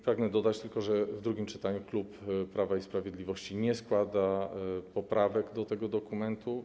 Pragnę tylko dodać, że w drugim czytaniu klub Prawa i Sprawiedliwości nie składa poprawek do tego dokumentu.